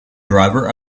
driver